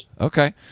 Okay